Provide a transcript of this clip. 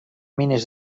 mines